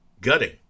gutting